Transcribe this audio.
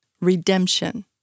Redemption